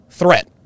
threat